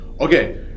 Okay